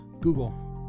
Google